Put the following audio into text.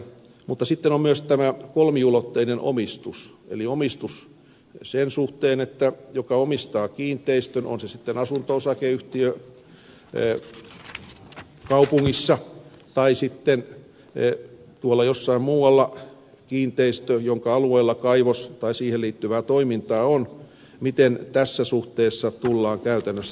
sitten on myös tämä kolmiulotteinen omistus eli omistus sen suhteen kun joku omistaa kiinteistön on se sitten asunto osakeyhtiö kaupungissa tai sitten tuolla jossain muualla kiinteistö jonka alueella kaivos tai siihen liittyvää toimintaa on miten tässä suhteessa tullaan käytännössä menettelemään